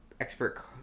expert